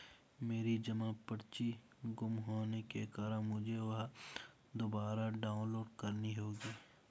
मेरी जमा पर्ची गुम होने के कारण मुझे वह दुबारा डाउनलोड करनी होगी